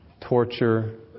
torture